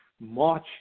march